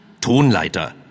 Tonleiter